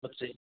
ਅੱਛਾ ਜੀ